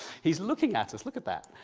he's looking at us, look at that,